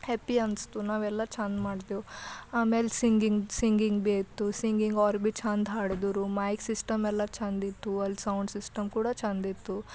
happy ಅನ್ನಿಸ್ತು ನಾವೆಲ್ಲ ಚೆಂದ ಮಾಡ್ದೆವು ಆಮೇಲೆ ಸಿಂಗಿಂಗ್ ಸಿಂಗಿಂಗ್ ಭೀ ಆಯ್ತು ಸಿಂಗಿಂಗ್ ಅವ್ರ ಬಿ ಚೆಂದ ಹಾಡಿದರು ಮೈಕ್ ಸಿಸ್ಟಮ್ ಎಲ್ಲ ಚೆಂದ ಇತ್ತು ಅಲ್ಲಿ ಸೌಂಡ್ ಸಿಸ್ಟಮ್ ಕೂಡ ಚೆಂದ ಇತ್ತು